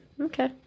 okay